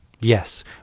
yes